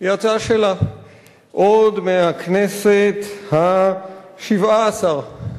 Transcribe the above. היא הצעה שלה עוד מהכנסת השבע-עשרה.